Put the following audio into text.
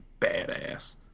badass